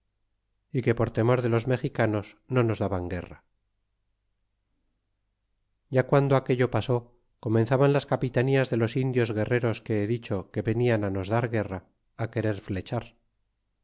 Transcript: é que por temor de los mexicanos no nos daban guerra ya guando aquello pasó comenzaban las capitanías de los indios guerreros que he dicho que venian nos dar guerra querer flechar